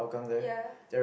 ya